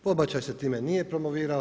Pobačaj se time nije promovirao.